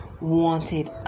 wanted